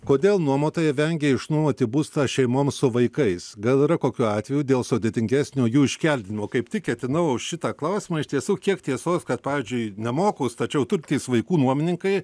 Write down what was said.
kodėl nuomotojai vengia išnuomoti būstą šeimoms su vaikais gal yra kokių atvejų dėl sudėtingesnio jų iškeldino kaip tik ketinau šitą klausimą iš tiesų kiek tiesos kad pavyzdžiui nemokūs tačiau turintys vaikų nuomininkai